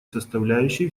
составляющей